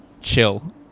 chill